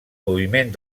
moviment